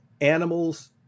animals